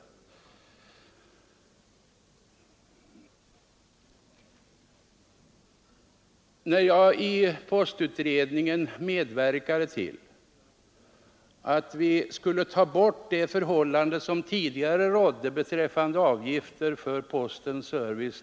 I postutredningen medverkade jag till att vi skulle ta bort det förhållande som tidigare rådde beträffande avgifterna för postens service.